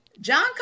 John